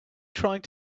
trying